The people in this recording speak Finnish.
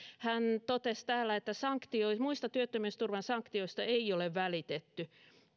hän totesi täällä että muista työttömyysturvan sanktioista ei ole välitetty